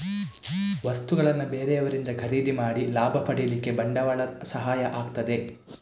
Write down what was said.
ವಸ್ತುಗಳನ್ನ ಬೇರೆಯವರಿಂದ ಖರೀದಿ ಮಾಡಿ ಲಾಭ ಪಡೀಲಿಕ್ಕೆ ಬಂಡವಾಳ ಸಹಾಯ ಆಗ್ತದೆ